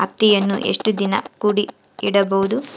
ಹತ್ತಿಯನ್ನು ಎಷ್ಟು ದಿನ ಕೂಡಿ ಇಡಬಹುದು?